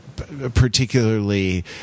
particularly